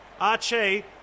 Archie